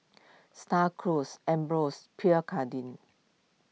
Star Cruise Ambros Pierre Cardin